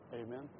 Amen